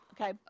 okay